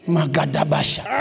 Magadabasha